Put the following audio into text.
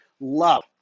love